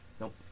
Nope